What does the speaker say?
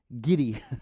giddy